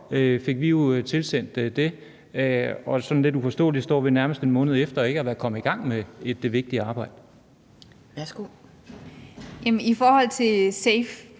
fik vi jo tilsendt den, og sådan lidt uforståeligt står vi nærmest en måned efter og er ikke kommet i gang med det vigtige arbejde. Kl. 18:55 Anden næstformand (Pia